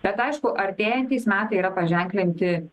bet aišku artėjantys metai yra paženklinti